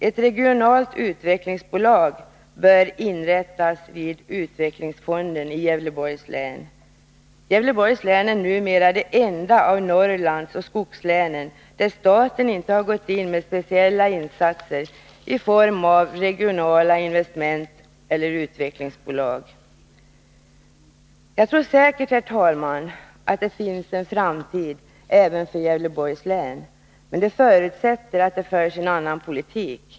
Ett regionalt utvecklingsbolag bör inrättas vid utvecklingsfonden i Gävleborgs län. Gävleborgs län är numera det enda av Norrlandsoch skogslänen där staten inte har gått in med speciella insatser i form av regionala investmenteller utvecklingsbolag. Jag tror säkert, herr talman, att det finns en framtid även för Gävleborgs län, men det förutsätter att det förs en annan politik.